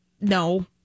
No